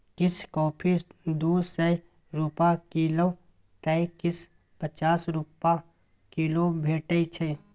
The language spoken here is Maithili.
किछ कॉफी दु सय रुपा किलौ तए किछ पचास रुपा किलो भेटै छै